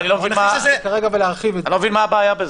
אני לא מבין מה הבעיה בזה?